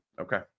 Okay